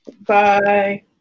Bye